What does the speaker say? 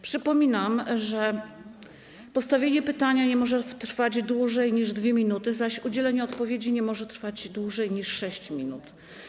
Przypominam, że postawienie pytania nie może trwać dłużej niż 2 minuty, zaś udzielenie odpowiedzi nie może trwać dłużej niż 5 minut.